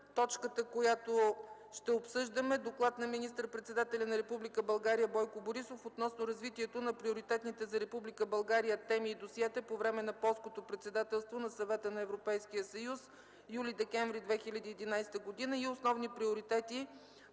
Точката, която ще обсъждаме, е Доклад на министър председателя на Република България Бойко Борисов относно развитието на приоритетните за Република България теми и досиета по време на Полското председателство на Съвета на Европейския съюз (юли-декември 2011 г.) и основни приоритети